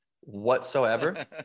whatsoever